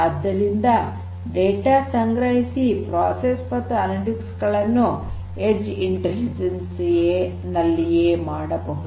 ಆದ್ದರಿಂದ ಡೇಟಾ ಸಂಗ್ರಹಿಸಿ ಪ್ರೋಸೆಸ್ ಮತ್ತು ಅನಲಿಟಿಕ್ಸ್ ಗಳನ್ನು ಎಡ್ಜ್ ಇಂಟೆಲಿಜೆನ್ಸ್ ನಲ್ಲಿಯೇ ಮಾಡಬಹುದು